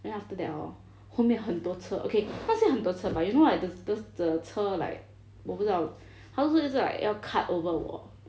then after that hor 后面很多车 okay not say 很多车 but you know like th~ th~ the 车 like 我不知道他就是一直 like 要 cut over 我